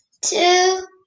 two